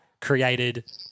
created